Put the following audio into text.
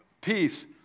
peace